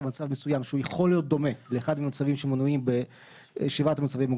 מה שצריך שלא במסגרת החוק הזה אלא גם במסגרת חוקים אחרים.